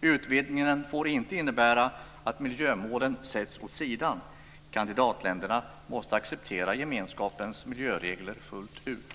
Utvidgningen får inte innebära att miljömålen sätts åt sidan - kandidatländerna måste acceptera gemenskapens miljöregler fullt ut.